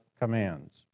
commands